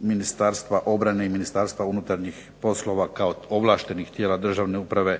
Ministarstva obrane i Ministarstva unutarnjih poslova kao ovlaštenih tijela državne uprave